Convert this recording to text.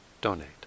donate